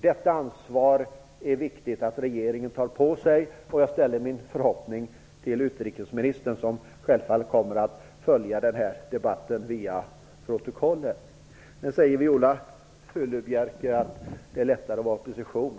Det är viktigt att regeringen tar på sig det ansvaret, och på den punkten ställer jag min förhoppning till utrikesministern, som självfallet kommer att ta del av den här debatten via protokollet. Viola Furubjelke sade att det är lättare att vara i opposition.